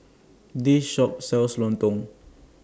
This Shop sells Lontong